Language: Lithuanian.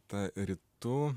ta rytų